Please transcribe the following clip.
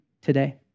today